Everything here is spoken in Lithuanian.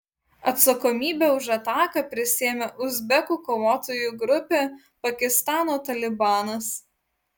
atsakomybę už ataką prisiėmė uzbekų kovotojų grupė pakistano talibanas